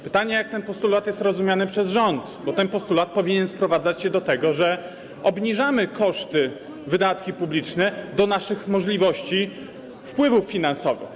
Pytanie, jak ten postulat jest rozumiany przez rząd, bo ten postulat powinien sprowadzać się do tego, że obniżamy koszty, wydatki publiczne stosownie do naszych możliwości wpływów finansowych.